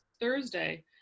thursday